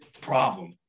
problem